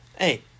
Hey